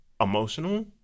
emotional